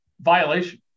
violation